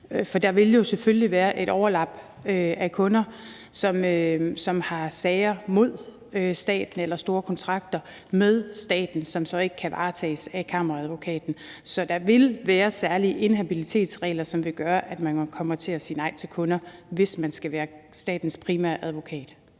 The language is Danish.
der vil selvfølgelig være et overlap af kunder, som har sager mod staten eller store kontrakter med staten, som så ikke kan varetages af Kammeradvokaten. Så der vil være særlige inhabilitetsregler, som vil gøre, at man kommer til at sige nej til kunder, hvis man skal være statens primære advokat.